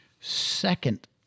second